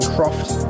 Croft